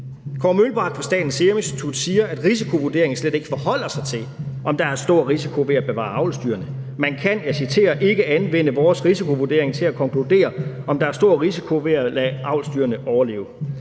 Kåre Mølbak fra Statens Serum Institut siger, at risikovurderingen slet ikke forholder sig til, om der er stor risiko ved at bevare avlsdyrene. Man kan – og jeg citerer – »ikke anvende vores risikovurdering til at konkludere, om der er stor risiko ved at lade avlsdyrene overleve«.